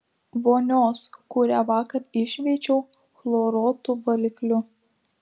vonios kurią vakar iššveičiau chloruotu valikliu